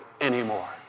anymore